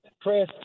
press